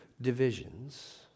divisions